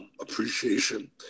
Appreciation